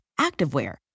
activewear